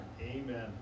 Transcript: Amen